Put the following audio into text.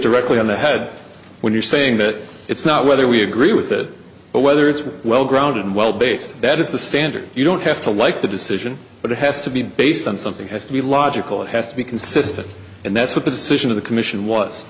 directly on the head when you're saying that it's not whether we agree with it but whether it's well grounded and well based that is the standard you don't have to like the decision but it has to be based on something has to be logical has to be consistent and that's what the decision of the commission was